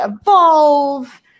evolve